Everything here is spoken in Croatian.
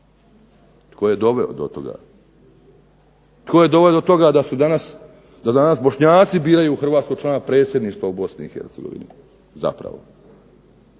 Tko je doveo do toga? Tko je doveo do toga da danas Bošnjaci biraju hrvatskog člana predsjedništva u Bosni